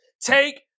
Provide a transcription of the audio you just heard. take